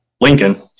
Lincoln